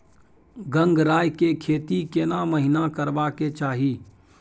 गंगराय के खेती केना महिना करबा के चाही?